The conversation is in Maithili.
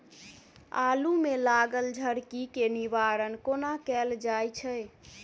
आलु मे लागल झरकी केँ निवारण कोना कैल जाय छै?